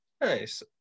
Nice